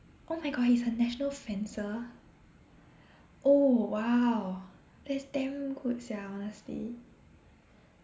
oh my god he's a national fencer oh !wow! that's damn good sia honestly